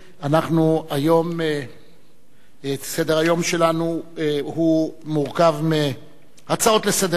סדר-היום שלנו מורכב מהצעות לסדר-היום.